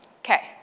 Okay